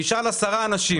נשאל עשרה אנשים.